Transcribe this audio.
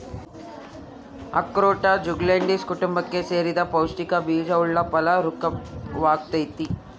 ಅಖ್ರೋಟ ಜ್ಯುಗ್ಲಂಡೇಸೀ ಕುಟುಂಬಕ್ಕೆ ಸೇರಿದ ಪೌಷ್ಟಿಕ ಬೀಜವುಳ್ಳ ಫಲ ವೃಕ್ಪವಾಗೈತಿ